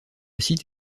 site